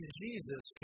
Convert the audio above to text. jesus